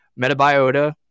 Metabiota